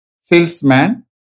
salesman